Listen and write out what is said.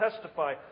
testify